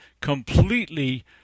completely